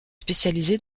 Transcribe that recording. spécialisé